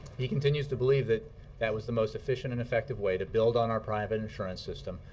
he continues to believe that that was the most efficient and effective way to build on our private insurance system,